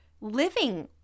living